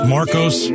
Marcos